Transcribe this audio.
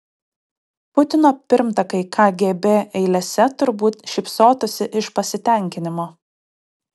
putino pirmtakai kgb eilėse turbūt šypsotųsi iš pasitenkinimo